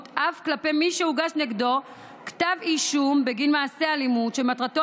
אף כלפי מי שהוגש נגדו כתב אישום בגין מעשה אלימות שמטרתו